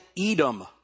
Edom